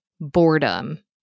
boredom